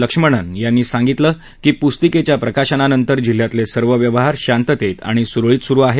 लक्ष्मणन यांनी सांगितलं की पुस्तिकेच्या प्रकाशनानंतर जिल्ह्यातले सर्व व्यवहार शांततेत आणि सुरळीत सुरु आहेत